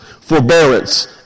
forbearance